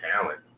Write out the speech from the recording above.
talent